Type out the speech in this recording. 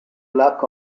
luck